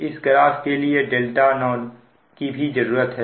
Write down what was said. इस ग्राफ के लिए δ0 की भी जरूरत है